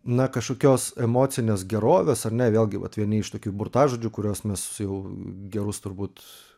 na kažkokios emocinės gerovės ar ne vėlgi vat vieni iš tokių burtažodžių kuriuos mes jau gerus turbūt